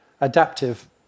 adaptive